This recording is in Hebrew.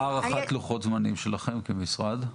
מה הערכת לוחות הזמנים שלכם כמשרד?